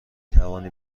توانی